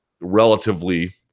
relatively